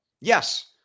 Yes